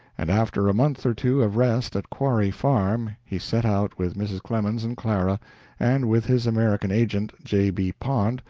and after a month or two of rest at quarry farm he set out with mrs. clemens and clara and with his american agent, j. b. pond,